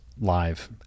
live